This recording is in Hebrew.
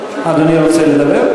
לעולם, נולדה במוח יצירתי כלשהו,